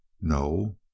No